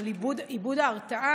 על איבוד ההרתעה,